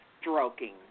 stroking